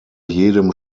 jedem